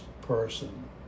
person